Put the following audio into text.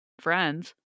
friends